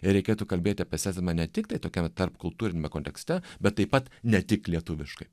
ir reikėtų kalbėti apie sezemą ne tiktai tokiam tarpkultūrime kontekste bet taip pat ne tik lietuviškai